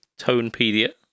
Tonepedia